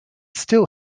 still